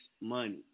money